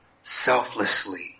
selflessly